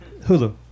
Hulu